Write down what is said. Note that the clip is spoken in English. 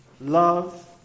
love